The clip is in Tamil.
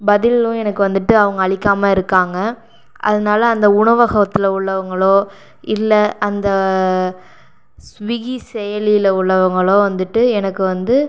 பதிலும் எனக்கு வந்துட்டு அவங்க அளிக்காமல் இருக்காங்க அதனால அந்த உணவகத்தில் உள்ளவங்களோ இல்லை அந்த ஸ்விகி செயலியில் உள்ளவங்களோ வந்துட்டு எனக்கு வந்து